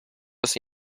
ese